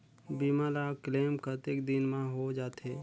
बीमा ला क्लेम कतेक दिन मां हों जाथे?